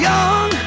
Young